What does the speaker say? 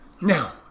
now